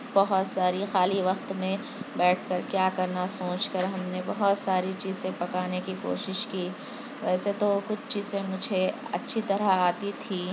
بہت ساری خالی وقت میں بیٹھ کر کیا کرنا سوچ کر ہم نے بہت ساری چیزیں پکانے کی کوشش کی ویسے تو کچھ چیزیں مجھے اچھی طرح آتی تھیں